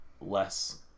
less